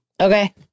Okay